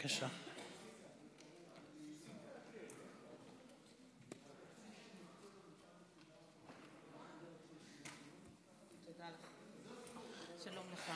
חברת הכנסת אורנה ברביבאי, שלום לך.